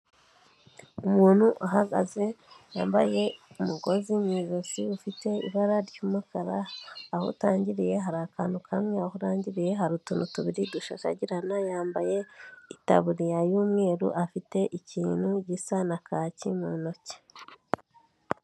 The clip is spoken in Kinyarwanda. Umuntu uhagaze yambaye umugozi mu ijosi ufite ibara ry'umukara, aho utangiriye hari akantu kamwe, aho urangiriye hari utuntu tubiri dushashagirana, yambaye itaburiya y'umweru, afite ikintu gisa na kaki mu ntoki.